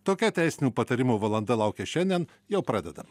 tokia teisinių patarimų valanda laukia šiandien jau pradedam